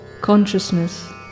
Consciousness